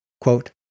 Quote